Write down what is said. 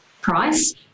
price